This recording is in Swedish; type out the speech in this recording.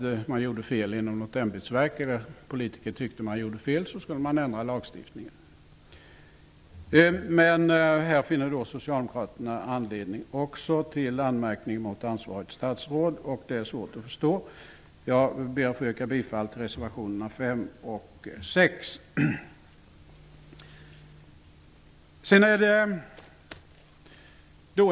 Om en chefstjänsteman i något ämbetsverk gjorde fel eller om en politiker ansåg att han hade gjort fel, skulle lagstiftningen ändras. Också här finner socialdemokraterna anledning till anmärkning mot ansvarigt statsråd, vilket är svårt att förstå. Jag vill yrka bifall till reservationerna 5 och 6.